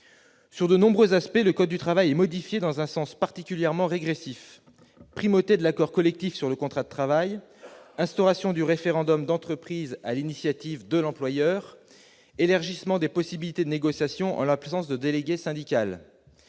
Sur de nombreux points, le code du travail se trouve modifié dans un sens particulièrement régressif : primauté donnée à l'accord collectif sur le contrat de travail, instauration du référendum d'entreprise à l'initiative de l'employeur, élargissement des possibilités de négociation en l'absence de délégué syndical.